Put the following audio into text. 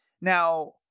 Now